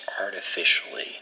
artificially